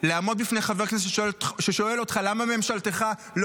לעמוד לפני חבר כנסת ששואל אותך למה ממשלתך לא